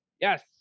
Yes